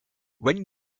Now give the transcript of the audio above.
when